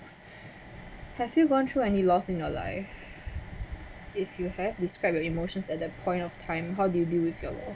have you gone through any loss in your life if you have described your emotions at that point of time how do you deal with your lost